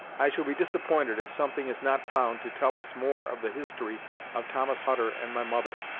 i shall be disappointed if something is not found to tell us more of the history of thomas hutter and my mother.